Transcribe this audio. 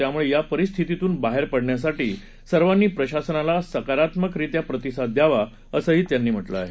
त्यामुळे या परिस्थितीतून बाहेर पडण्यासाठी सर्वांनी प्रशासनाला सकारात्मकरीत्या प्रतिसाद द्यावा असंही त्यांनी म्हटलंय